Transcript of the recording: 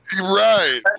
Right